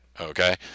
Okay